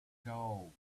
gold